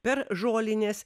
per žolines